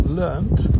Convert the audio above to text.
learnt